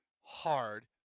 hard